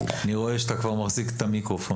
אני רואה שאתה כבר מחזיק את המיקרופון.